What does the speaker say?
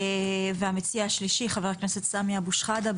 והמציע השלישי חה"כ סמי אבו שחאדה,